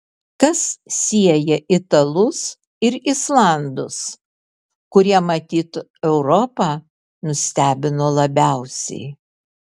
kas sieja italus ir islandus kurie matyt europą nustebino labiausiai